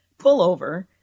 pullover